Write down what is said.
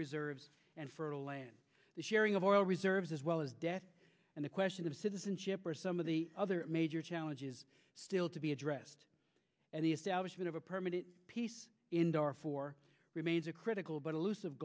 reserves and fertile land the sharing of oil reserves as well as death and the question of citizenship or some of the other major challenges still to be addressed and the establishment of a permanent peace in darfur remains a critical but elusive